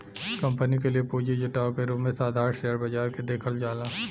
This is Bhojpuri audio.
कंपनी के लिए पूंजी जुटावे के रूप में साधारण शेयर बाजार के देखल जाला